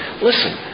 Listen